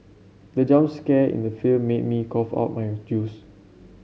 the jump scare in the film made me cough out my juice